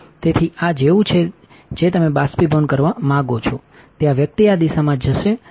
તેથી આ જેવું છે જે તમે બાષ્પીભવન કરવા માંગો છો તે આ વ્યક્તિ આ દિશામાં જશે અને અહીં ઇ બીમ છે